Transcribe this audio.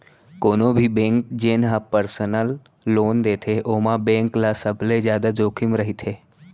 कोनो भी बेंक जेन ह परसनल लोन देथे ओमा बेंक ल सबले जादा जोखिम रहिथे